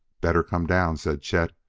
better come down, said chet.